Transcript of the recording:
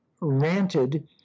ranted